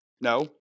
No